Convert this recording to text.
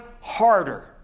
harder